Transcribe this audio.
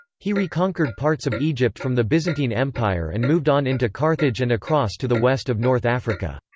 he reconquered parts of egypt from the byzantine empire and moved on into carthage and across to the west of north africa.